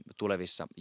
tulevissa